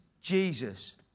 Jesus